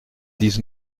dix